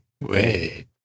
wait